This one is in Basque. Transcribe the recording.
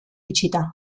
itxita